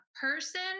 person